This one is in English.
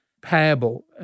payable